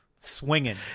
Swinging